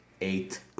eight